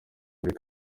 muri